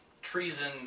treason